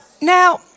Now